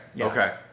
okay